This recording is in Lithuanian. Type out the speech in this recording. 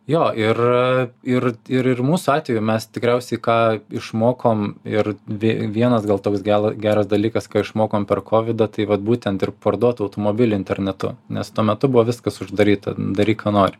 jo ir ir ir ir mūsų atveju mes tikriausiai ką išmokom ir vie vienas gal toks gal ir geras dalykas ko išmokom per kovidą tai vat būtent ir parduot automobilį internetu nes tuo metu buvo viskas uždaryta daryk ką nori